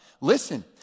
Listen